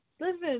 listen